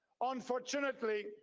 Unfortunately